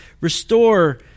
restore